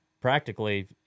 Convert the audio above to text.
practically